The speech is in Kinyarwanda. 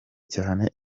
cyane